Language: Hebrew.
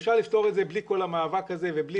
אפשר לפתור את זה בלי כל המאבק הזה ובלי